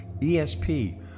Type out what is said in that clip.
ESP